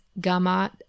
gamma